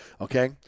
okay